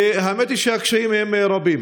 והאמת היא שהקשיים הם רבים.